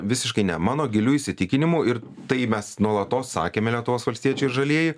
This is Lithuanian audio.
visiškai ne mano giliu įsitikinimu ir tai mes nuolatos sakėme lietuvos valstiečiai ir žalieji